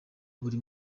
buri